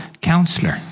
counselor